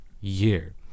year